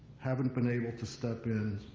haven't been able to step in